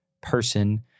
person